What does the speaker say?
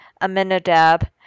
Aminadab